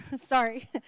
Sorry